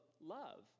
love